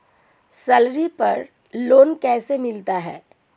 Salary पर loan कैसे मिलता है?